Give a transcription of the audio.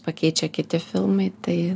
pakeičia kiti filmai tai